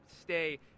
stay